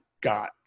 got